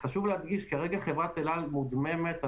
כרגע חברת אל על מודממת.